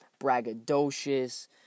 braggadocious